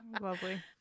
Lovely